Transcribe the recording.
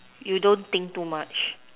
you don't think too much